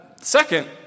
second